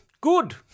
Good